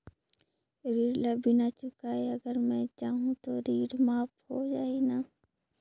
ऋण ला बिना चुकाय अगर मै जाहूं तो ऋण माफ हो जाही न?